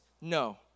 No